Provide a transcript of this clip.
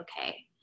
okay